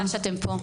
תודה שאתן פה.